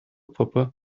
puppe